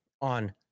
on